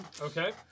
Okay